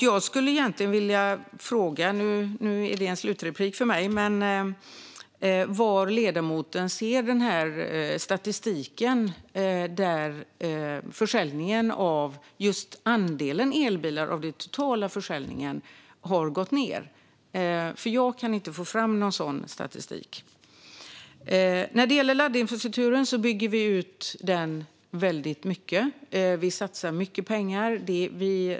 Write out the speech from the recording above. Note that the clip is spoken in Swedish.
Jag skulle egentligen vilja fråga Daniel Helldén - nu är detta min slutreplik - var han ser statistik som visar att andelen elbilar av den totala försäljningen har gått ned. Jag kan nämligen inte få fram någon sådan statistik. Vi bygger nu ut laddinfrastrukturen. Vi satsar mycket pengar.